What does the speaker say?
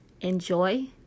Enjoy